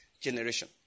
generation